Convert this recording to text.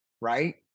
right